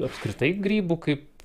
apskritai grybų kaip